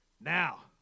Now